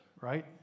right